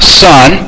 son